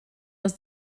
aus